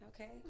Okay